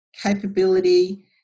capability